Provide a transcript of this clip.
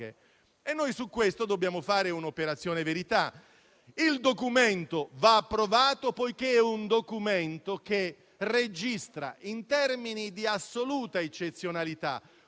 A tale riguardo dobbiamo fare un'operazione verità. Il documento va approvato poiché è un documento che registra in termini di assoluta eccezionalità